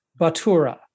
Batura